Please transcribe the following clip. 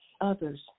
others